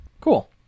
cool